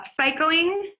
upcycling